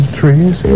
trees